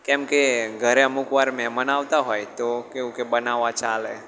કેમકે ઘરે અમુકવાર મહેમાન આવતા હોય તો કેવું કે બનાવવા ચાલે